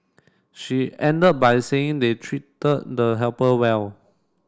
she ended by saying they treated the helper well